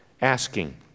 asking